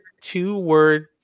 two-word